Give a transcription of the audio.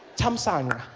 thamsanqa